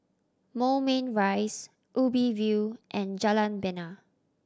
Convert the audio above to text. Moulmein Rise Ubi View and Jalan Bena